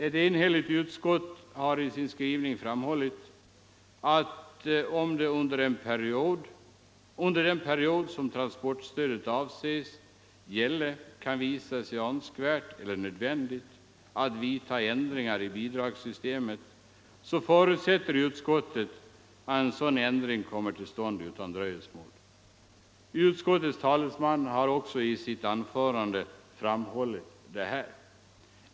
Ett enhälligt utskott har i sin skrivning framhållit att om det under den period som transportstödet avses gälla kan visa sig önskvärt eller nödvändigt att vidta ändringar i bidragssystemet förutsätter utskottet att sådana ändringar kommer till stånd utan dröjsmål. Utskottets talesman har i sitt anförande också framhållit detta.